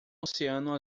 oceano